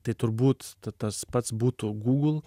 tai turbūt tas pats būtų google